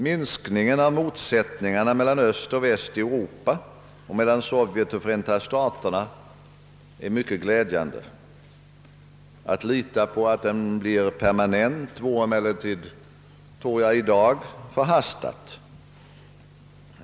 Minskningen av motsättningarna mellan öst och väst i Europa och mellan Sovjet och Förenta staterna är mycket glädjande. Att lita på att den blir permanent tror jag emellertid i dag skulle vara förhastat.